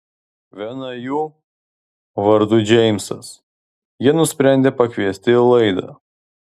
vieną jų vardu džeimsas jie nusprendė pakviesti į laidą